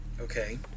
Okay